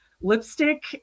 lipstick